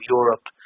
Europe